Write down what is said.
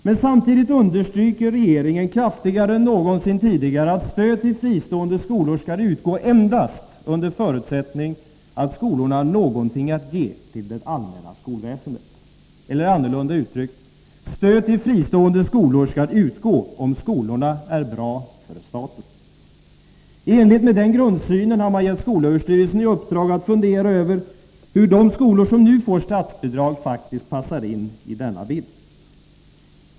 Men samtidigt understryker regeringen kraftigare än någonsin tidigare att stöd till fristående skolor skall utgå endast under förutsättning att skolorna har någonting att ge till det allmänna skolväsendet — eller annorlunda uttryckt: stöd till fristående skolor skall utgå om skolorna är bra för staten. I enlighet med den grundsynen har man gett skolöverstyrelsen i uppdrag att fundera över hur de skolor som nu får statsbidrag faktiskt passar in i denna bild.